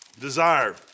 Desire